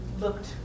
looked